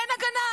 אין הגנה.